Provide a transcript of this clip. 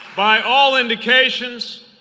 by all indications,